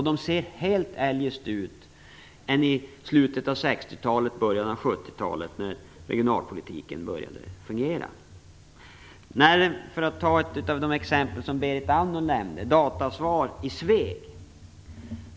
De ser helt annorlunda ut än i slutet av 60-talet och början av 70-talet, när regionalpolitiken började fungera. Ett exempel, som Berit Andnor nämnde, är Datasvar i Sveg.